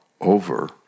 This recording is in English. over